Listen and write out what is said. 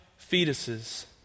fetuses